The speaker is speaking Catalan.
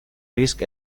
risc